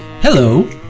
Hello